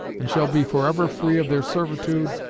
and shall be forever free of their servitude,